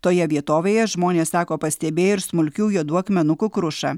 toje vietovėje žmonės sako pastebėję ir smulkių juodų akmenukų krušą